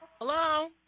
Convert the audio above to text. Hello